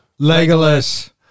Legolas